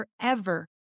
forever